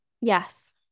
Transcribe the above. Yes